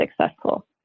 successful